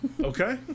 Okay